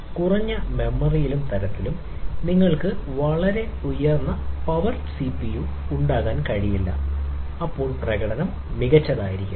കുറഞ്ഞ മെമ്മറിയിലും തരത്തിലും നിങ്ങൾക്ക് വളരെ ഉയർന്ന പവർ സിപിയു ഉണ്ടാകാൻ കഴിയില്ല അപ്പോൾ പ്രകടനം മികച്ചതായിരിക്കില്ല